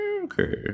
okay